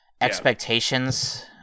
expectations